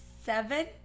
seven